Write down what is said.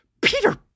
Peter